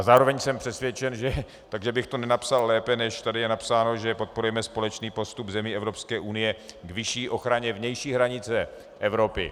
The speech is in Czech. Zároveň jsem přesvědčen, že bych to nenapsal lépe, než je tady napsáno, že podporujeme společný postup zemí Evropské unie k vyšší ochraně vnější hranice Evropy.